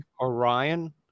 Orion